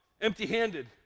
empty-handed